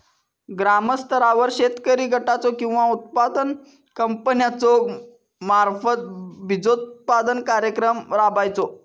ग्रामस्तरावर शेतकरी गटाचो किंवा उत्पादक कंपन्याचो मार्फत बिजोत्पादन कार्यक्रम राबायचो?